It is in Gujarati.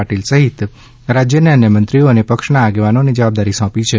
પાટીલ સહિત રાજ્યના અન્ય મંત્રીઓ અને પક્ષના આગેવાનોને જવાબદારી સોંપી છે